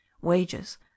wages